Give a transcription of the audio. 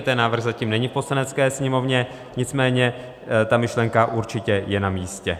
Ten návrh zatím není v Poslanecké sněmovně, nicméně ta myšlenka je určitě namístě.